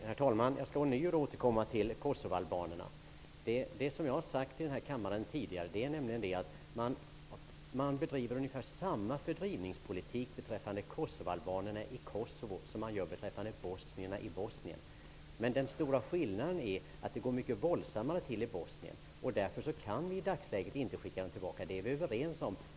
Herr talman! Jag återkommer ånyo till kosovoalbanerna. Det som jag i denna kammare tidigare sagt är att samma fördrivningspolitik vad gäller kosovoalbanerna i Kosovo bedrivs vad gäller bosnierna i Bosnien. Men den stora skillnaden ligger i att det går mycket våldsammare till i Bosnien, och därför kan vi i dagsläget inte skicka tillbaka bosnierna. Det är vi överens om.